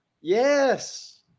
Yes